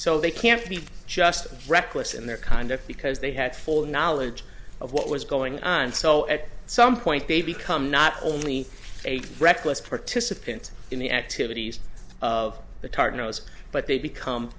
so they can't be just reckless in their conduct because they had full knowledge of what was going on so at some point they become not only a reckless participant in the activities of the target knows but they become